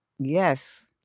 Yes